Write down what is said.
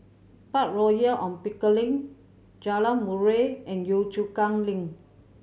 Park Royal On Pickering Jalan Murai and Yio Chu Kang Link